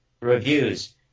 reviews